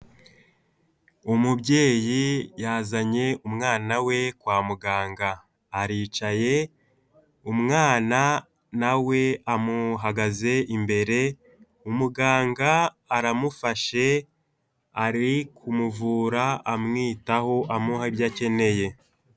Umubyeyi yazanye umwana we kwa muganga. Aricaye umwana na we amuhagaze imbere, umuganga aramufashe, ari kumuvura amwitaho amuha ibyo akeneye.